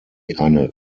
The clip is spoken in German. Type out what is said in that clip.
eine